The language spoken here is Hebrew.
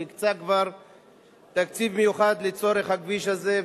שהקצה כבר תקציב מיוחד לצורך הכביש הזה,